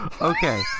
Okay